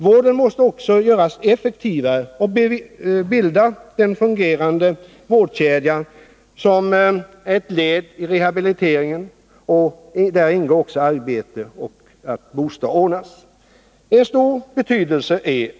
Vården måste också göras effektivare och bilda en fungerande vårdkedja som ett led i rehabiliteringen, och där ingår att arbete och bostad skall ordnas.